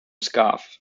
scarf